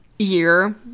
year